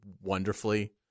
wonderfully